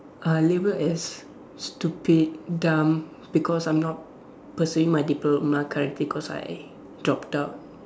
I labelled as stupid dumb because I'm not pursuing my diploma currently cause I dropped out